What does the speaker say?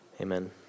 amen